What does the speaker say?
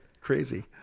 Crazy